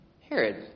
Herod